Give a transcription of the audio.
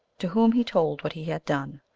to whom he told what he had done.